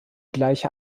gleiche